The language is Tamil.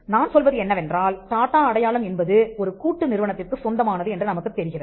நான் சொல்வது என்னவென்றால் டாட்டா அடையாளம் என்பது ஒரு கூட்டு நிறுவனத்திற்குச் சொந்தமானது என்று நமக்குத் தெரிகிறது